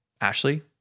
Ashley